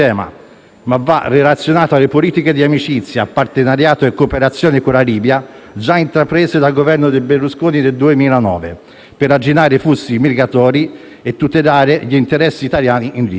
ma va relazionato alle politiche di amicizia, partenariato e cooperazione con la Libia, già intraprese dal Governo Berlusconi nel 2009 per arginare i flussi migratori e tutelare gli interessi italiani in Libia.